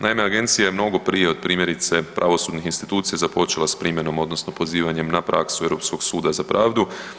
Naime, Agencija je mnogo prije, od primjerice, pravosudnih institucija započela s primjenom, odnosno pozivanjem na praksu Europskog suda za pravdu.